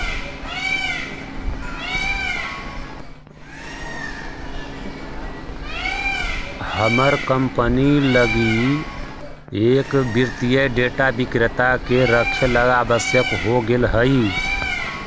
हमर कंपनी लगी एक वित्तीय डेटा विक्रेता के रखेला आवश्यक हो गेले हइ